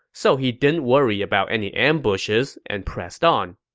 so he didn't worry about any ambushes and pressed on.